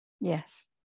yes